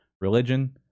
religion